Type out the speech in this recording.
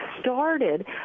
started